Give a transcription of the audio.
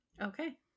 Okay